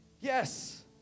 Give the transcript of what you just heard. Yes